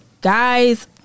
Guys